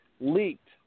leaked